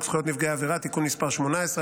זכויות נפגעי עבירה (תיקון מס' 18),